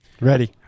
Ready